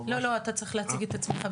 איתך,